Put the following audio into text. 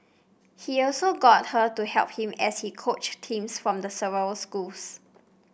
he also got her to help him as he coached teams from the several schools